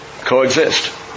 Coexist